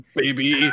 baby